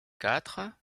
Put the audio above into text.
quatre